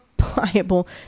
pliable